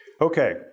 Okay